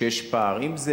שיש פערים,